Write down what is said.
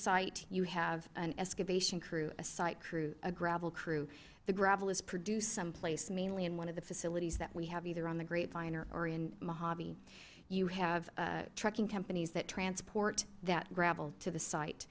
site you have an excavation crew a site crew a gravel crew the gravel is produced someplace mainly in one of the facilities that we have either on the grapevine or in mojave you have trucking companies that transport that gravel to the site